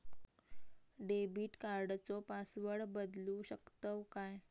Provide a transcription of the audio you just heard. Debit कार्डचो password बदलु शकतव काय?